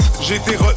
J'étais